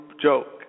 joke